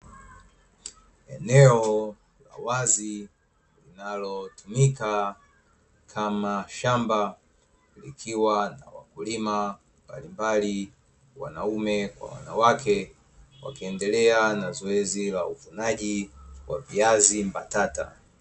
Eneo la wazi linalotumika kama shamba, likiwa na wakulima mbalimbali wanaume kwa wanawake wakiendelea na zoezi la uvunaji wa viazi mbatata.